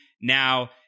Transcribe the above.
now